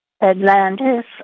Atlantis